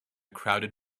crowded